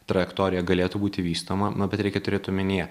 trajektorija galėtų būti vystoma na bet reikia turėt omenyje